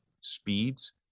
speeds